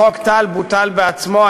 חוק טל בוטל בעצמו.